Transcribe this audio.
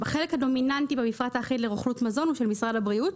החלק הדומיננטי במפרט האחיד לרוכלות מזון הוא של משרד הבריאות,